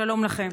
שלום לכם.